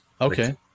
Okay